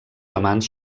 amants